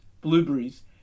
blueberries